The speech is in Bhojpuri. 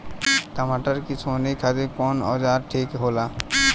टमाटर के सोहनी खातिर कौन औजार ठीक होला?